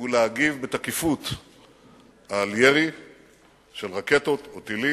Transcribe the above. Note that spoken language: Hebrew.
היא להגיב בתקיפות על ירי של רקטות, או טילים,